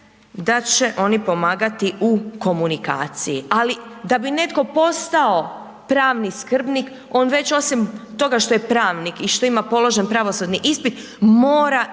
da će oni pomagati u komunikacija ali da bi netko postao pravni skrbnik, on već osim toga što je pravnik i što ima položen pravosudni ispit, mora